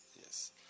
Yes